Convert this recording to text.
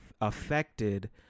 affected